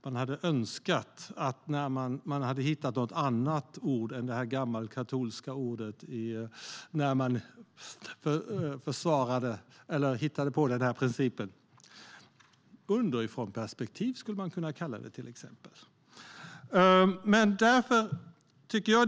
Man hade önskat att det gått att hitta något annat ord än detta gammalkatolska ord när den här principen hittades på. Underifrånperspektiv, skulle man till exempel kunna kalla det.